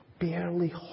barely